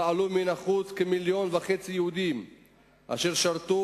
פעלו מן החוץ כמיליון וחצי יהודים אשר שירתו